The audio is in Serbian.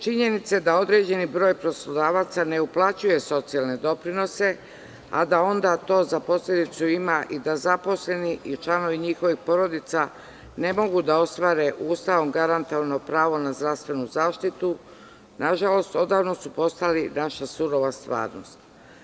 Činjenica je da određen broj poslodavaca ne uplaćuje socijalne doprinose, a da onda to za posledicu ima i da zaposleni i članovi njihovih porodica ne mogu da ostvare Ustavom garantovano pravo na zdravstvenu zaštitu, nažalost, odavno su postali naša surova stvarnost.